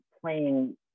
playing